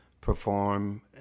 perform